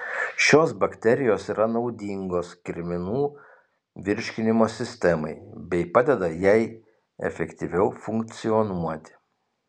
šios bakterijos yra naudingos kirminų virškinimo sistemai bei padeda jai efektyviau funkcionuoti